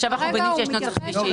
עכשיו אנחנו מבינים שיש נוסח שלישי.